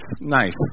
nice